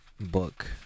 book